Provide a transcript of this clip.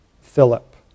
Philip